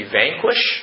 vanquish